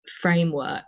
framework